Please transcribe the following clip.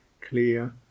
clear